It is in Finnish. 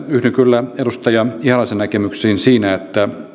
yhdyn kyllä edustaja ihalaisen näkemyksiin siitä että